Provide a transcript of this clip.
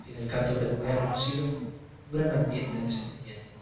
tiene el canto gregoriano en silos un gran am biente de sentimiento